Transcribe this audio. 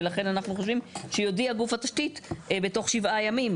ולכן אנחנו חושבים שיודיע גוף התשתית בתוך שבעה ימים.